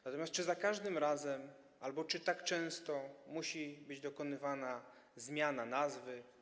Natomiast czy za każdym razem i czy tak często musi być dokonywana zmiana nazwy?